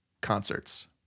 concerts